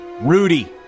Rudy